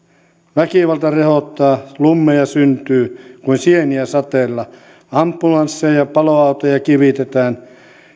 väkivalta rehottaa slummeja syntyy kuin sieniä sateella ambulansseja ja paloautoja kivitetään